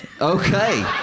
Okay